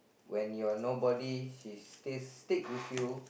when you are nobody she's still stick with you